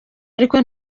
ariko